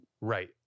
Right